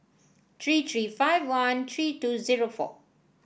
three three five one three two zero four